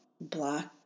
black